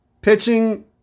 Pitching